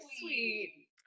sweet